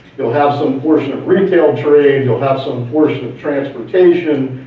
you'll have some portion of retail trade, you'll have some portion of transportation,